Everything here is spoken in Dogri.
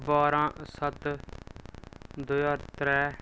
बारां सत्त दो ज्हार त्रै